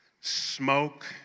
smoke